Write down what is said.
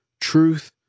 truth